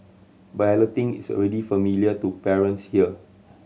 balloting is already familiar to parents here